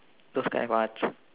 books I watch